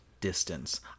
distance